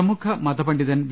പ്രമുഖ മതപണ്ഡിതൻ വി